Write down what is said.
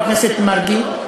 חבר הכנסת מרגי,